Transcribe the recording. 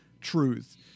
truth